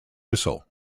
whistle